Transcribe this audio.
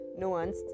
nuanced